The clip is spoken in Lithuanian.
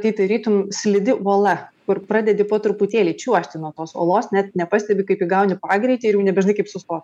tai tarytum slidi uola kur pradedi po truputėlį čiuožti nuo tos uolos net nepastebi kaip įgauni pagreitį ir jau nebežinai kaip sustot